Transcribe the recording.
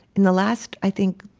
in the last, i think,